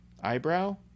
eyebrow